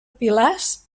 pilars